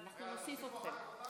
אנחנו נוסיף אתכם.